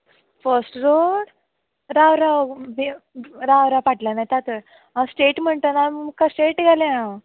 first road राव राव राव राव फाटल्यान येता तर हांव स्ट्रेट म्हणटा म्हणून मुखार स्ट्रेट गेलें हांव